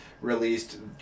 released